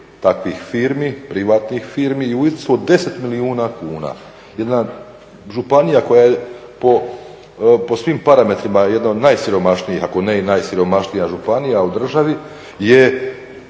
takvih firmi, privatnih firmi, u iznosu od 10 milijuna kuna. Jedna županija koja je po svim parametrima jedna od najsiromašnijih, ako ne i najsiromašnija županija u državi je